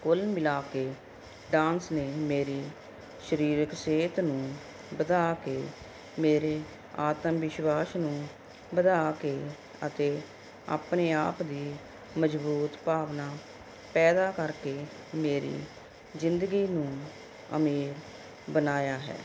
ਕੁੱਲ ਮਿਲਾ ਕੇ ਡਾਂਸ ਨੇ ਮੇਰੀ ਸਰੀਰਕ ਸਿਹਤ ਨੂੰ ਵਧਾ ਕੇ ਮੇਰੇ ਆਤਮ ਵਿਸ਼ਵਾਸ ਨੂੰ ਵਧਾ ਕੇ ਅਤੇ ਆਪਣੇ ਆਪ ਦੀ ਮਜ਼ਬੂਤ ਭਾਵਨਾ ਪੈਦਾ ਕਰਕੇ ਮੇਰੀ ਜ਼ਿੰਦਗੀ ਨੂੰ ਅਮੀਰ ਬਣਾਇਆ ਹੈ